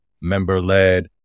member-led